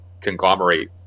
conglomerate